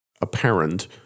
apparent